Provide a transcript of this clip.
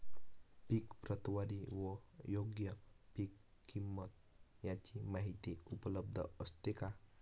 पीक प्रतवारी व योग्य पीक किंमत यांची माहिती उपलब्ध असते का?